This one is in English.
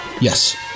Yes